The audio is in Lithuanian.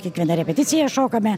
kiekvieną repeticiją šokame